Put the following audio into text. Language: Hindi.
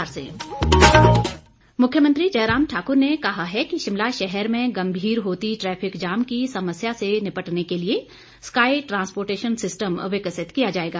प्रश्नकाल मुख्यमंत्री जयराम ठाक्र ने कहा है कि शिमला शहर में गंभीर होती ट्रैफिक जाम की समस्या से निपटने के लिए स्काई ट्रांसपोर्टेशन सिस्टम विकसित किया जाएगा